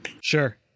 Sure